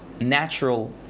natural